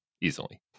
easily